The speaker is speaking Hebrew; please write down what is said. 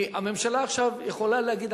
כי הממשלה יכולה להגיד,